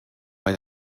bei